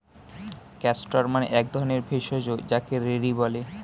castor মানে এক ধরণের ভেষজ যাকে রেড়ি বলে